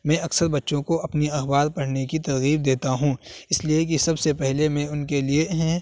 میں اکثر بچوں کو اپنی اخبار پڑھنے کی ترغیب دیتا ہوں اس لیے کہ سب سے پہلے میں ان کے لیے